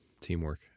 Teamwork